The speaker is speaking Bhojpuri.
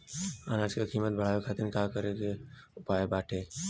अनाज क कीमत बढ़ावे खातिर का उपाय बाटे?